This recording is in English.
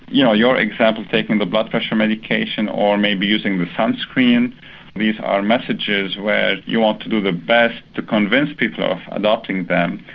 you know your example taking the blood pressure medication or maybe using the sunscreen these are messages where you want to do the best to convince people of adopting them.